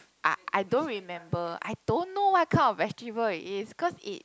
I I don't remember I don't know what kind of vegetable it is cause it